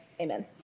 amen